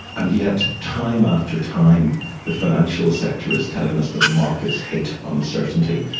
and yet time after time the financial sector is telling us that markets hate uncertainty,